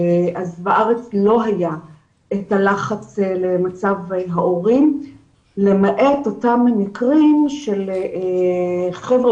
אז בארץ לא היה את הלחץ למצב ההורים למעט אותם מקרים של חבר'ה